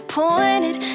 pointed